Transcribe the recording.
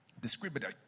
Discriminate